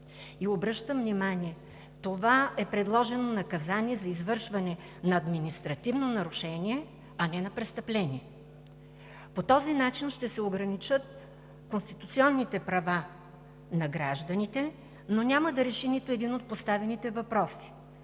обръщам внимание – това е предложено наказание за извършване на административно нарушение, а не на престъпление. По този начин ще се ограничат конституционните права на гражданите, но няма да реши нито един от поставените въпроси,